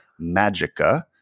magica